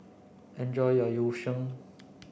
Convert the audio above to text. enjoy your Yu Sheng